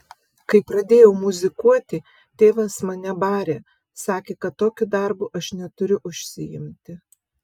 kai pradėjau muzikuoti tėvas mane barė sakė kad tokiu darbu aš neturiu užsiimti